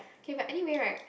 okay but anyway right